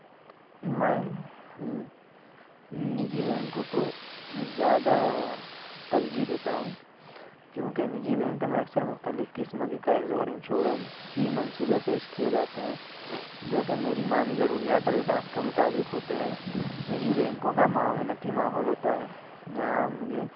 میں نجی بینکوں کو زیادہ ترجیح دیتا ہوں کیونکہ نجی بینک میں اکثر مختلف قسم کے قرضوں اور انشورنسی منصوبے پیش کیے جاتے ہیں جو کہ میری مالی ضروریات اور اہداف کے مطابق ہوتے ہیں نجی بینکوں کا معاونتی ماحول ہوتا ہے جہاں مجھے